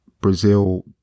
Brazil